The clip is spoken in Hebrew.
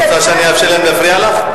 את רוצה שאני אאפשר להם להפריע לך?